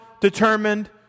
determined